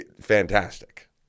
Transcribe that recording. fantastic